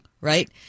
Right